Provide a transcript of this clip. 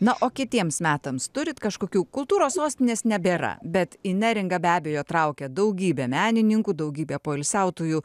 na o kitiems metams turit kažkokių kultūros sostinės nebėra bet į neringą be abejo traukia daugybė menininkų daugybė poilsiautojų